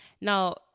Now